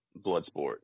Bloodsport